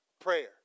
prayer